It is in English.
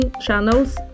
channels